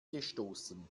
gestoßen